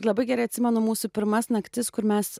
labai gerai atsimenu mūsų pirmas naktis kur mes